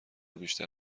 بیشتر